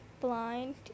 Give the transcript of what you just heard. blind